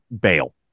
bail